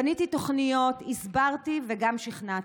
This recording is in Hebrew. בניתי תוכניות, הסברתי וגם שכנעתי.